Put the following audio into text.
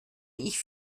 ich